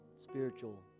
spiritual